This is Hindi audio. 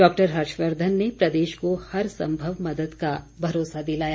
डॉक्टर हर्षवर्धन ने प्रदेश को हर सम्भव मदद का भरोसा दिलाया